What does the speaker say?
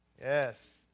Yes